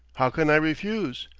how can i refuse?